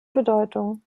bedeutung